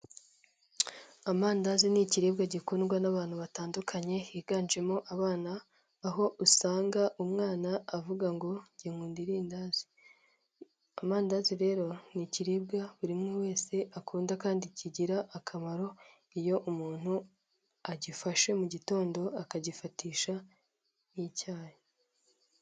Amandazi ni ikiribwa gikundwa n'abantu batandukanye higanjemo abana, aho usanga umwana avuga ngo njye nkunda irindazi, amandazi rero ni ikiribwa buri muntu wese akunda kandi kigira akamaro, iyo umuntu agifashe mu gitondo akagifatisha n'icyayi.